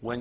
when